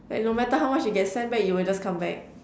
like no matter how much you get send back you will just come back